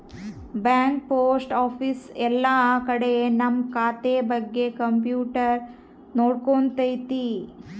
bank post office ಎಲ್ಲ ಕಡೆ ನಮ್ ಖಾತೆ ಬಗ್ಗೆ ಕಂಪ್ಯೂಟರ್ ನೋಡ್ಕೊತೈತಿ